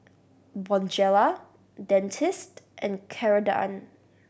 Bonjela Dentiste and Ceradan